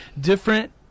different